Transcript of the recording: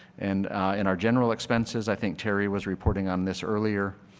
and in our general expenses i think terry was reporting on this earlier,